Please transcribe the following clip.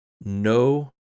no